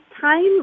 time